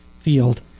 field